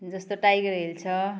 जस्तो Tiger Hill छ